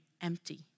empty